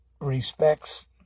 respects